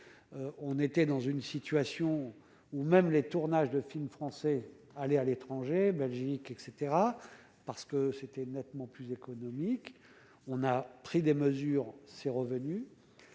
on était dans une situation où même les tournages de films français, aller à l'étranger Belgique etc parce que c'était nettement plus économique, on a pris des mesures, ses revenus,